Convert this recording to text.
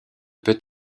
peut